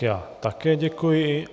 Já také děkuji.